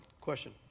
question